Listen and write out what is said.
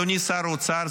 אדוני שר האוצר,